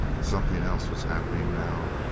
something else was happening now.